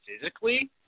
physically